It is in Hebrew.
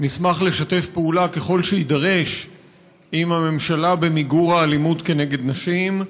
נשמח לשתף פעולה ככל שיידרש עם הממשלה במיגור האלימות נגד נשים.